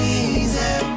easy